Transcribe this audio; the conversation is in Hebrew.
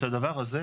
את הדבר הזה,